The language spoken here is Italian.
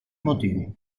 motivi